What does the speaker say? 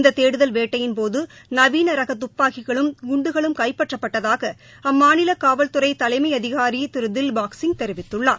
இந்த தேடுதல் வேட்டையின்போது நவீனரக துப்பாக்கிகளும் குண்டுகளும் கைப்பற்றப்பட்டதாக அம்மாநில காவல்துறை தலைமை அதிகாரி திரு தில் பாக் சிங் தெரிவித்துள்ளார்